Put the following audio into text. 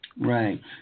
Right